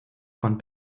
von